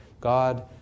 God